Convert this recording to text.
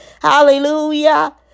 Hallelujah